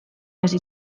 hasi